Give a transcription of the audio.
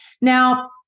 Now